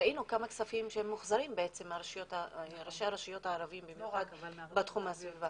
ראינו כמה כספים מוחזרים מראשי הרשויות הערביות בתחום הזה.